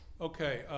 Okay